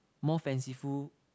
more fanciful